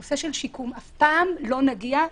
בנושא של שיקום שאף פעם לא נגיע,